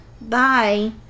Bye